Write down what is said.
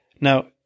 Now